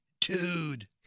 dude